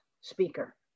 speaker